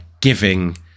giving